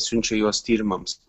siunčia juos tyrimams